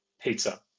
pizza